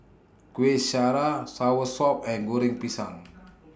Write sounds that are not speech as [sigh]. Kuih Syara Soursop and Goreng Pisang [noise]